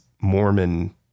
Mormon